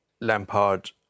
Lampard